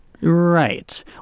Right